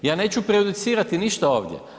Ja neću prejudicirati ništa ovdje.